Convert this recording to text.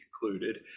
concluded